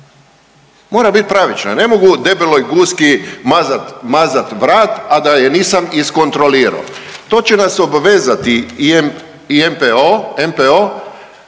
mora bit pravična. Ne mogu debeloj guski mazat vrat, a da je nisam iskontrolirao. To će nas obvezati i NPO,